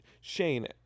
Shane